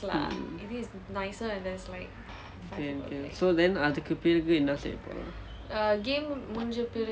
mm can can so then அதுக்கு பிறகு என்ன செய்ய போறோம்:athukku piraku enna seyya poroam